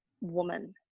Woman